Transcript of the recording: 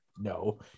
No